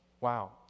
Wow